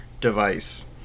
device